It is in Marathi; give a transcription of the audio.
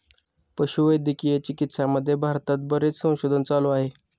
पशुवैद्यकीय चिकित्सामध्ये भारतात बरेच संशोधन चालू आहे